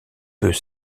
peut